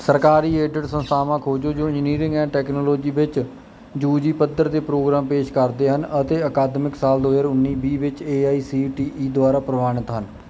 ਸਰਕਾਰੀ ਏਡਡ ਸੰਸਥਾਵਾਂ ਖੋਜੋ ਜੋ ਇੰਜੀਨੀਅਰਿੰਗ ਐਂਡ ਟੈਕਨਾਲੋਜੀ ਵਿੱਚ ਯੂਜੀ ਪੱਧਰ ਦੇ ਪ੍ਰੋਗਰਾਮ ਪੇਸ਼ ਕਰਦੇ ਹਨ ਅਤੇ ਅਕਾਦਮਿਕ ਸਾਲ ਦੋ ਹਜ਼ਾਰ ਉੱਨੀ ਵੀਹ ਵਿੱਚ A I C T E ਦੁਆਰਾ ਪ੍ਰਵਾਨਿਤ ਹਨ